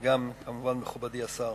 מכובדי השר,